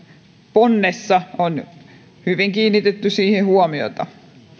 ponnessa on hyvin kiinnitetty siihen huomiota